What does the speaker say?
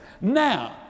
Now